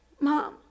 Mom